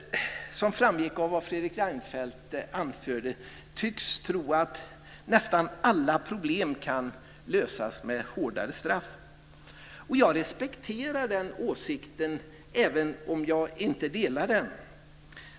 Som framgick av det som Fredrik Reinfeldt anförde tycks ni moderater tro att nästan alla problem kan lösas med hårdare straff. Jag respekterar den åsikten även om jag inte delar den.